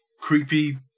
creepy